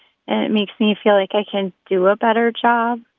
and it makes me feel like i can do a better job.